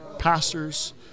pastors